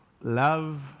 love